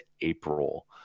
April